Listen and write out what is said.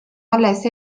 alles